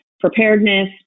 preparedness